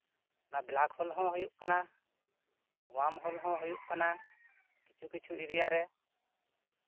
ᱱᱚᱣᱟ black hole ᱦᱚᱸ ᱦᱩᱭᱩᱜ ᱠᱟᱱᱟ ᱚᱣᱟᱨᱢ ᱦᱳᱞ ᱦᱚᱸ ᱦᱩᱭᱩᱜ ᱠᱟᱱᱟ ᱠᱤᱪᱷᱩᱼᱠᱤᱪᱷᱩ ᱮᱨᱤᱭᱟ ᱨᱮ